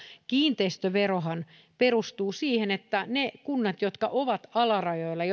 kiinteistöverohan toimii niin että niissä kunnissa jotka ovat alarajoilla ja